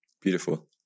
beautiful